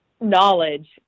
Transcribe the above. knowledge